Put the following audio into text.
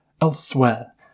Elsewhere